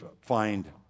find